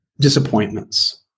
disappointments